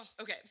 Okay